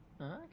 okay